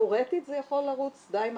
תיאורטית זה יכול לרוץ דיי מהר,